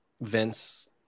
Vince